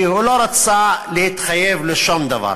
כי הוא לא רצה להתחייב לשום דבר.